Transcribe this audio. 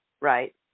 Right